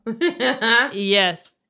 Yes